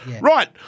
Right